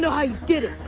know how you did it.